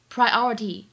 Priority